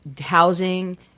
housing